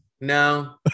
No